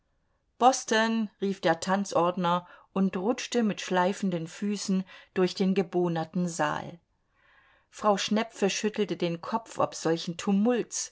boston rief der tanzordner und rutschte mit schleifenden füßen durch den gebohnerten saal frau schnepfe schüttelte den kopf ob solchen tumults